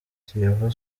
kiyovu